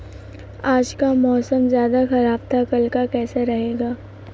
आज का मौसम ज्यादा ख़राब था कल का कैसा रहेगा?